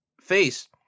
face